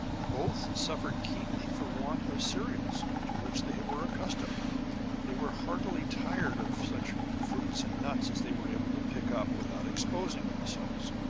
both suffered keenly for want of cereals, to which they were accustomed they were heartily tired of such fruits and nuts as they were able to pick up without exposing themselves.